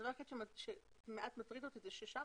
הדבר היחיד שמעט מטריד אותי הוא ששם